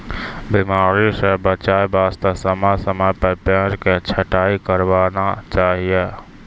बीमारी स बचाय वास्तॅ समय समय पर पेड़ के छंटाई करवाना चाहियो